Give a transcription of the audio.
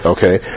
Okay